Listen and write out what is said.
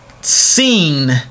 seen